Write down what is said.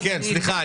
כן, סליחה.